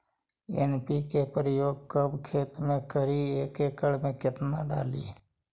NPK प्रयोग कब खेत मे करि एक एकड़ मे कितना डाली?